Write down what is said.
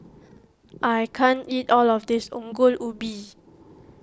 I can't eat all of this Ongol Ubi